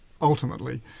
Ultimately